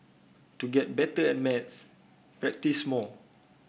to get better at maths practise more